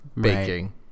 baking